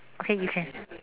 okay you can